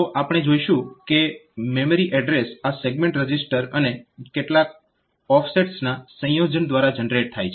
તો આપણે જોઈશુ કે મેમરી એડ્રેસ આ સેગમેન્ટ રજીસ્ટર અને કેટલાક ઓફસેટ્સ ના સંયોજન દ્વારા જનરેટ થાય છે